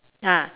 ah